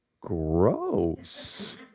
gross